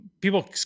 people